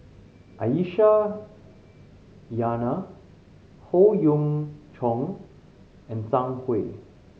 Aisyah Lyana Howe Yoon Chong and Zhang Hui